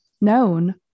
known